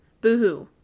Boohoo